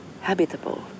habitable